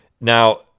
Now